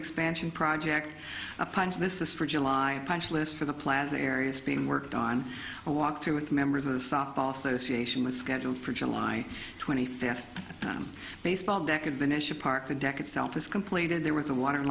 expansion project plans this is for july punch list for the plaza areas being worked on a walk through with members of a softball association was scheduled for july twenty fifth on baseball deck of the national park the deck itself is completed there was a water